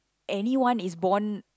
anyone is born